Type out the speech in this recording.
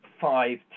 five